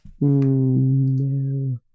No